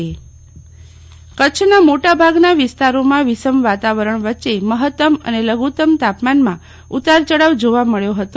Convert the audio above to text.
શીતલબેન વૈષ્ણવ હવામાન કચ્છના મોટા ભાગના વિસ્તારોમાં વિષમ વાતાવરણ વચ્ચે મફત્તમ અને લધુત્તમ તાપમાનમાં ઉતાર ચઢાવ જોવા મળ્યો ફતો